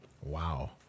Wow